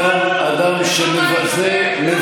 אל תיתנו לו תשומת לב.